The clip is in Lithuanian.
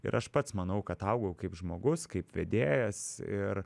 ir aš pats manau kad augau kaip žmogus kaip vedėjas ir